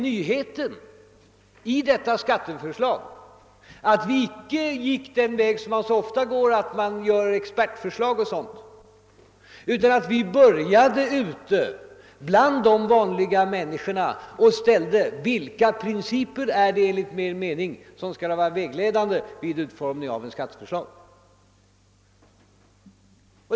Nyheten i detta skatteförslag är ju att vi icke gick den väg som man så ofta går, med inhämtande av = expertförslag 0. s. v., utan började mitt ibland de vanliga människorna i samhället och ställde frågan vilka principer som enligt deras mening skulle vara vägledande vid utformningen av skatteförslaget.